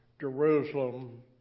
Jerusalem